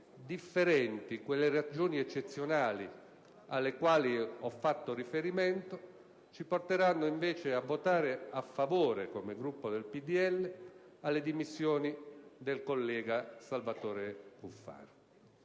differenti, quelle ragioni eccezionali alle quali ho fatto riferimento, ci porteranno invece a votare a favore, come Gruppo del PdL, delle dimissioni del collega Salvatore Cuffaro.